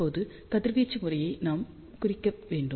இப்போது கதிர்வீச்சு முறையை நாம் குறிக்க வேண்டும்